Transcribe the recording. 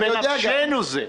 בנפשנו זה.